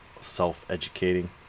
self-educating